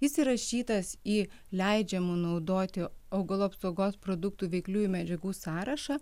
jis įrašytas į leidžiamų naudoti augalų apsaugos produktų veikliųjų medžiagų sąrašą